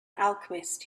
alchemist